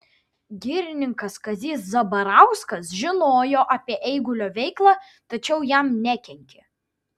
girininkas kazys zabarauskas žinojo apie eigulio veiklą tačiau jam nekenkė